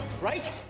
Right